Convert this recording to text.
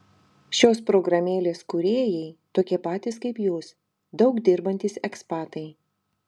šios programėlės kūrėjai tokie patys kaip jūs daug dirbantys ekspatai